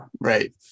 right